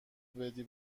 بدی